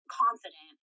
confident